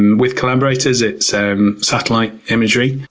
with collaborators, it's so um satellite imagery.